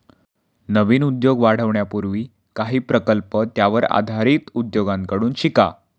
नवीन उद्योग वाढवण्यापूर्वी काही प्रकल्प त्यावर आधारित उद्योगांकडून शिका